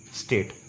state